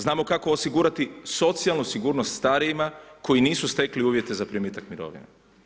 Znamo kako osigurati socijalnu sigurnost starijima koji nisu stekli uvjete za primitak mirovine.